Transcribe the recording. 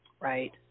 Right